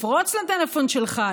לפרוץ לטלפון שלך,